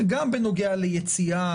גם בנוגע ליציאה,